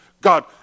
God